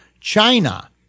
China